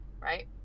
right